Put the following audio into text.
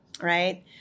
right